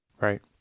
Right